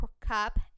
cup